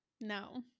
No